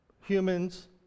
humans